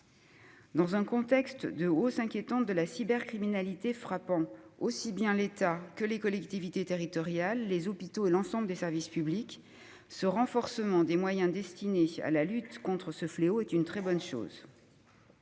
Dans un contexte de hausse inquiétante de la cybercriminalité, frappant aussi bien l'État que les collectivités territoriales, les hôpitaux que l'ensemble des services publics, ce renforcement des moyens destinés à la lutte contre ce fléau est une très bonne chose.